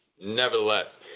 Nevertheless